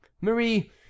Marie